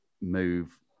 move